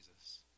Jesus